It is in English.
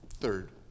Third